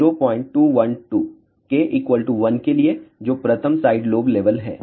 k 1 के लिए जो प्रथम साइड लोब लेवल है